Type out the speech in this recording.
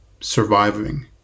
surviving